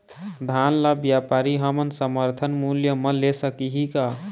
धान ला व्यापारी हमन समर्थन मूल्य म ले सकही का?